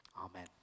Amen